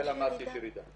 לפי הלמ"ס יש ירידה.